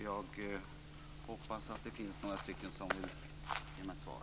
Jag hoppas att det finns några stycken som kan ge mig svar.